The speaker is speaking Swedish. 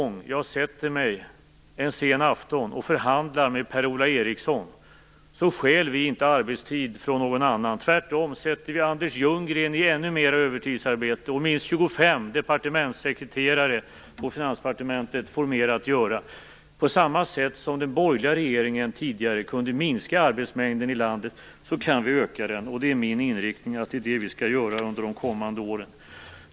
När jag sätter mig en sen afton och förhandlar med Per-Ola Eriksson, stjäl vi inte arbetstid från någon annan. Vi sätter tvärtom Anders Ljunggren i ännu mer övertidsarbete, och minst 25 departementssekreterare på Finansdepartementet får mer att göra. På samma sätt som den borgerliga regeringen tidigare kunde minska arbetsmängden i landet, kan vi öka den. Min inriktning är att det är det vi skall göra under de kommande åren.